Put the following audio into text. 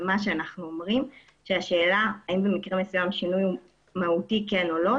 מה שאנחנו אומרים זה שהשאלה האם במקרה מסוים שינוי מהותי כן או לא,